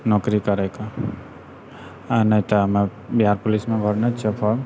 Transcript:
नौकरी करै कऽ आओर नहि तऽ हमे बिहार पुलिसमे भरने छियौ फॉर्म